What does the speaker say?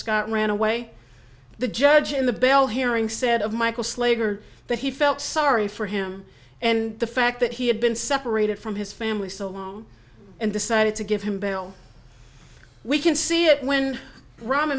scott ran away the judge in the bail hearing said of michael slater that he felt sorry for him and the fact that he had been separated from his family so long and decided to give him bail we can see it when ra